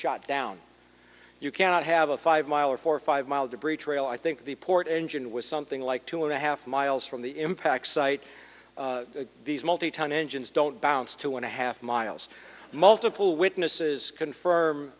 shot down you cannot have a five mile or four or five mile debris trail i think the port engine was something like two and a half miles from the impact site these multi ton engines don't bounce two and a half miles multiple witnesses co